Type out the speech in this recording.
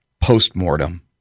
post-mortem